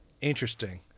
Interesting